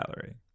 Gallery